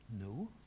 No